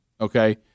okay